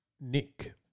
Nick